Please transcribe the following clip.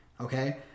okay